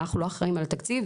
אנחנו אל אחראים על התקציב,